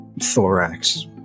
thorax